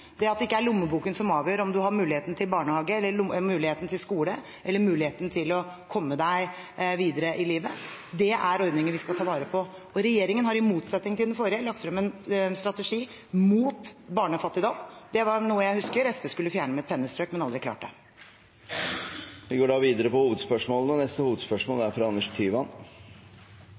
det at det ikke er lommeboken som avgjør om en har muligheten til barnehageplass, muligheten til skole eller muligheten til å komme seg videre i livet. Det er ordninger vi skal ta vare på. Regjeringen har, i motsetning til den forrige, lagt frem en strategi mot barnefattigdom. Det er noe jeg husker SV skulle fjerne med et pennestrøk, men aldri klarte. Vi går videre til neste hovedspørsmål. Lærerne er